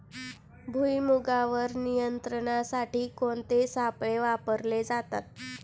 भुईमुगावर नियंत्रणासाठी कोणते सापळे वापरले जातात?